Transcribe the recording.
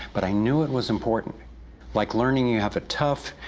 but i knew it was important like learning you have a tough,